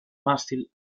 mástil